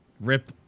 rip